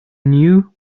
knew